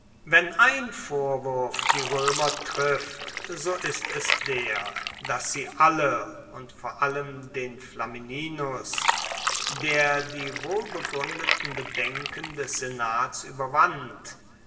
wenn ein vorwurf die roemer trifft so ist es der dass sie alle und vor allem den flamininus der die wohlbegruendeten bedenken des senats ueberwand